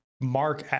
Mark